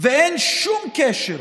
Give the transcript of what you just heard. ואין שום קשר,